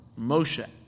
Moshe